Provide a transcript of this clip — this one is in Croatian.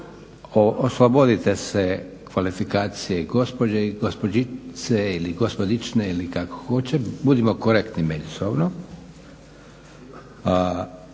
oslobodite se kvalifikacije gospođe i gospođice ili gospodične kako hoćete, budimo korektni međusobno.